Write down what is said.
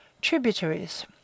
TRIBUTARIES